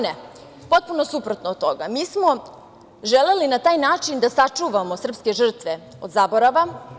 Ne, potpuno suprotno od toga, mi smo na taj način želeli da sačuvamo srpske žrtve od zaborava.